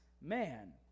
man